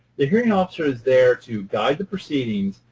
the hearing officer is there to guide the proceedings,